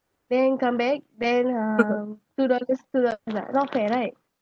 then come back then um two dollars two dollar ah not fair right